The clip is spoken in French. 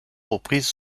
reprises